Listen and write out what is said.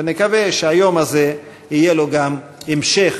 ונקווה שהיום הזה יהיה לו גם המשך,